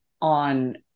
on